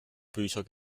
bücher